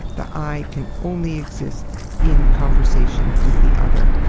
the i can only exist in conversation with the other.